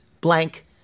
blank